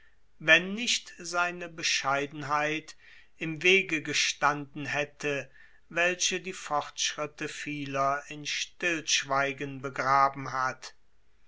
wenn nicht seine bescheidenheit im wege gestanden hätte welche die fortschritte vieler in stillschweigen begraben hat